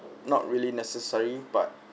not really necessary but